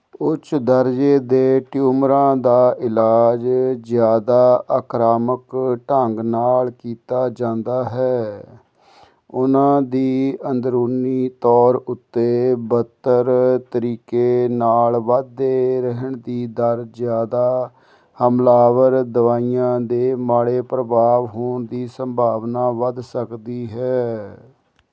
ਉੱਚ ਦਰਜੇ ਦੇ ਟਿਊਮਰਾਂ ਦਾ ਇਲਾਜ ਜ਼ਿਆਦਾ ਆਕ੍ਰਾਮਕ ਢੰਗ ਨਾਲ ਕੀਤਾ ਜਾਂਦਾ ਹੈ ਉਹਨਾਂ ਦੀ ਅੰਦਰੂਨੀ ਤੌਰ ਉੱਤੇ ਬਦਤਰ ਤਰੀਕੇ ਨਾਲ ਵੱਧਦੇ ਰਹਿਣ ਦੀ ਦਰ ਜ਼ਿਆਦਾ ਹਮਲਾਵਰ ਦਵਾਈਆਂ ਦੇ ਮਾੜੇ ਪ੍ਰਭਾਵ ਹੋਣ ਦੀ ਸੰਭਾਵਨਾ ਵੱਧ ਸਕਦੀ ਹੈ